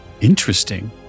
Interesting